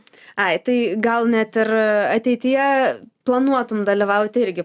ai tai gal net ir ateityje planuotum dalyvaut irgi